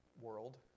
world